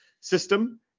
system